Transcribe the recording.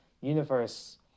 Universe